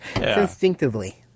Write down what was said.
instinctively